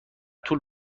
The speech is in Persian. طول